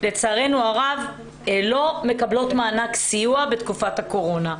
לצערנו הרב לא מקבלות מענק סיוע בתקופת הקורונה.